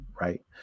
Right